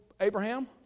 Abraham